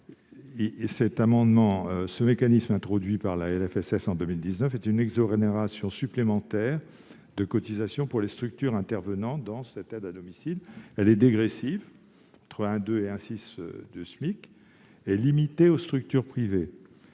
à domicile. Ce mécanisme, introduit par la LFSS pour 2019, est une exonération supplémentaire de cotisations pour les structures intervenant dans cette aide à domicile. Elle est dégressive, entre 1,2 SMIC et 1,6 SMIC, et limitée aux structures privées.